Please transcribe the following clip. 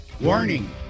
warning